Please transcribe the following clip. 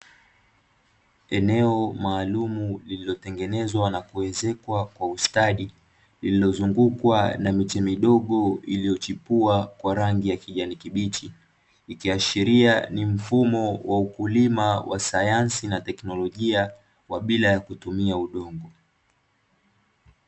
Eneo maalumu lililo tengenezwa na kuezekwa kwa ustadi, lililozungukwa na miche midogo iliyochipua kwa rangi ya kijani kibichi, ikiashiria ni mfumo wa ukulima wa sayansi na teknologia bila ya kutumia udongo.